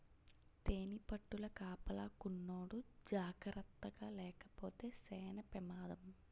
తేనిపట్టుల కాపలాకున్నోడు జాకర్తగాలేపోతే సేన పెమాదం